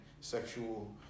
sexual